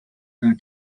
d’un